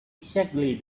exactly